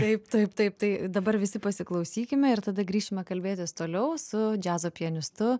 taip taip taip tai dabar visi pasiklausykime ir tada grįšime kalbėtis toliau su džiazo pianistu